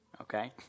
okay